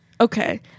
okay